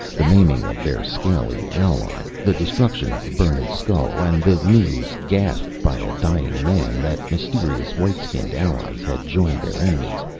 the maiming of their scaly ally, the destruction of the burning skull, and the news, gasped by a dying man, that mysterious white-skin allies had joined their enemies,